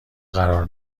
قرار